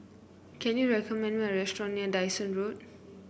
can you recommend a restaurant near Dyson Road